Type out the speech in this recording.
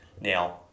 Now